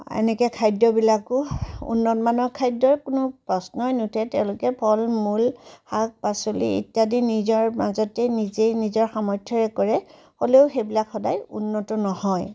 এনেকৈ খাদ্যবিলাকো উন্নতমানৰ খাদ্যৰ কোনো প্ৰশ্নই নুঠে তেওঁলোকে ফল মুল শাক পাচলি ইত্যাদি নিজৰ মাজতেই নিজে নিজৰ সামৰ্থৰে কৰে হ'লেও সেইবিলাক সদায় উন্নত নহয়